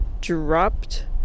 dropped